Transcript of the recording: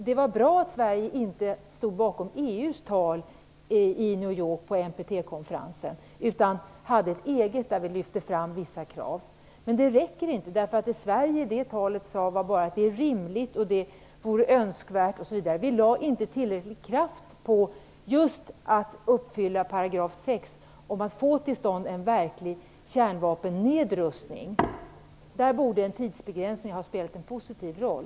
Det var bra att Sverige inte stod bakom EU:s tal vid NPT-konferensen i New York utan hade ett eget tal, där vi lyfte fram vissa krav. Detta räcker dock inte, eftersom det som Sverige i det talet sade bara var att det är rimligt, att det vore önskvärt osv. Vi lade inte tillräcklig kraft just på att uppfylla 6 § om att få till stånd en verklig kärnvapennedrustning. En tidsbegränsning borde där ha spelat en positiv roll.